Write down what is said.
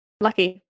lucky